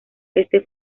éste